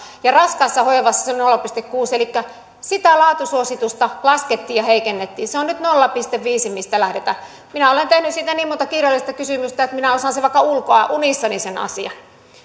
ja raskaassa hoivassa se nolla pilkku kuusi elikkä sitä laatusuositusta laskettiin ja heikennettiin se on nyt nolla pilkku viisi mistä lähdetään minä olen tehnyt siitä niin monta kirjallista kysymystä että minä osaan vaikka ulkoa ja unissani sen asian